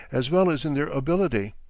as well as in their ability.